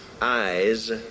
eyes